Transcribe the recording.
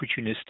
opportunistic